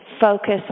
focus